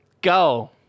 go